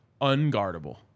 unguardable